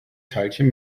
teilchen